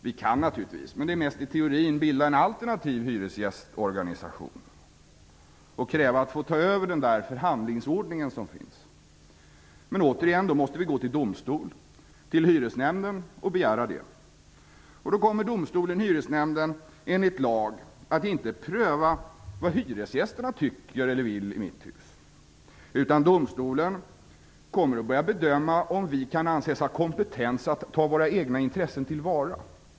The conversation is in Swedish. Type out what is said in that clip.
Vi kan naturligtvis, men det är mest i teorin, bilda en alternativ hyresgästorganisation och kräva att få ta över den förhandlingsordning som finns. Men då måste vi återigen gå till domstol, till hyresnämnden, och begära det. Domstolen, hyresnämnden, kommer enligt lag inte att pröva vad hyresgästerna i mitt hus tycker eller vill, utan domstolen kommer att bedöma om vi kan anses ha kompetens att ta våra egna intressen till vara.